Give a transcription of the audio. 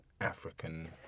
African